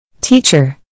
Teacher